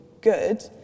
good